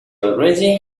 already